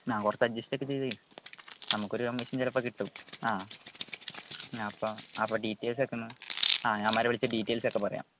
ആ കുറച്ച് അഡ്ജസ്റ്റ് ഒക്കെ ചെയ്തേ നമുക്കൊരു കമ്മീഷൻ ചിലപ്പം കിട്ടും ആ അപ്പം അപ്പോൾ ഡീറ്റെയിൽസ് ഒക്കെ ഒന്ന് ആ ഞാൻ അവന്മാരെ വിളിച്ച് ഡീറ്റെയിൽസ് ഒക്കെ പറയാം